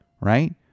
Right